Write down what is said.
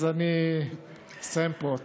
אז אני אסיים פה.